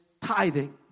tithing